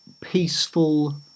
peaceful